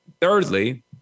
thirdly